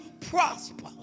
prosper